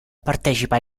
partecipa